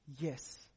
Yes